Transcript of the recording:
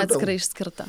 atskirai išskirta